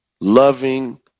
loving